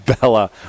Bella